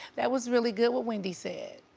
that was really good what wendy said.